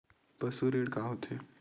पशु ऋण का होथे?